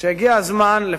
שהגיע הזמן לקדם,